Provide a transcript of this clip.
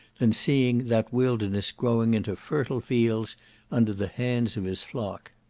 than seeing that wilderness growing into fertile fields under the hands of his flock?